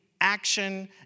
action